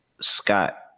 Scott